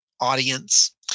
audience